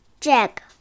Jack